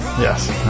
Yes